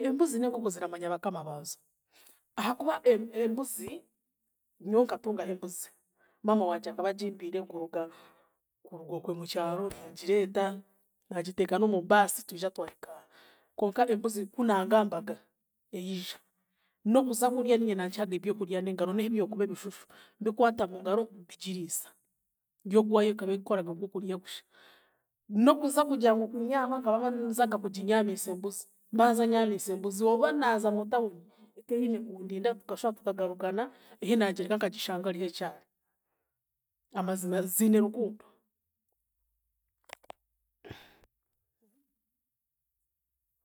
Embuzi n'enkoko ziramanya bakama baazo. Ahaakuba e- embuzi, nyowe nkatungaho embuzi. Maama wangye akaba agimpiire kuruga kuruga okwe mukyaro naagireeta, naagiteeka n'omu baasi twija twahika aha, konka embuzi ku naagambaga, eija, n'okuza kurya niinye nangihaga ebyokurya n'engaro nehi byokuba ebishushu mbikwata mungaro, mbigiriisa yo ogwayo ekaba ekoraga ogwokurya kusha. N'okuza kugira ngu kunyama nkaba zanga kuginyaamiisa embuzi, mbanza nyaamiisa embuzi oba naaza mu tawuni, ekeine kundinda tukashuba tukagarukana ehi naagireka nkashanga eriho ekyari. Amazima ziine rukundo.